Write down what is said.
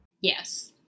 Yes